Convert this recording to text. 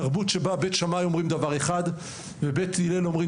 תרבות שבה בית שמאי אומרים דבר אחד ובית הלל אומרים